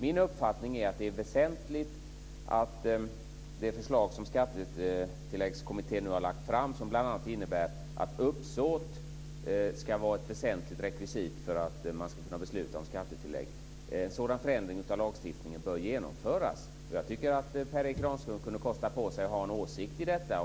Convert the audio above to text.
Min uppfattning är att en förändring av lagstiftningen i linje med det förslag som Skattetilläggskommittén nu har lagt fram, som bl.a. innebär att uppsåt ska vara ett väsentligt rekvisit för att man ska kunna besluta om skattetillägg, bör genomföras. Jag tycker att Per Erik Granström kunde kosta på sig att ha en åsikt om detta.